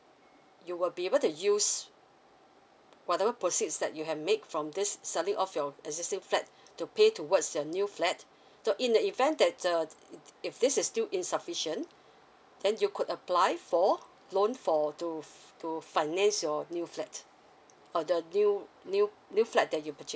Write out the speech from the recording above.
you will be able to use whatever proceeds that you have made from this selling off your existing flat to pay towards your new flat so in the event that uh if this is still insufficient then you could apply for loan for to to finance your new flat uh the new new new flat that you purchase